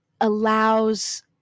allows